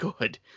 good